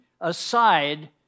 aside